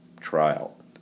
trial